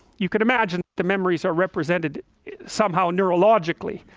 you could imagine the memories are represented somehow neurologically,